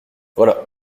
voilà